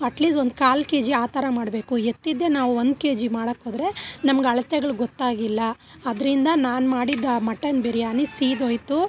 at least ಒಂದು ಕಾಲು KG ಆ ಥರ ಮಾಡಬೇಕು ಎತ್ತಿದ್ದೇ ನಾವು ಒಂದು ಕೆಜಿ ಮಾಡೋಕ್ಕೋದ್ರೆ ನಮ್ಗೆ ಅಳ್ತೆಗಳು ಗೊತ್ತಾಗಿಲ್ಲ ಅದರಿಂದ ನಾನು ಮಾಡಿದ ಮಟನ್ ಬಿರಿಯಾನಿ ಸೀದೋಯಿತು